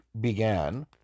began